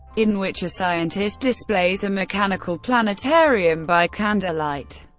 in which a scientist displays a mechanical planetarium by candlelight.